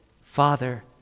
Father